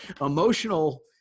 emotional